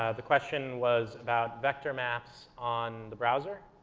ah the question was about vector maps on the browser,